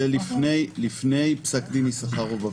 הזאת בפעם הראשונה עוד לפני פסק דין יששכרוב.